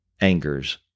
angers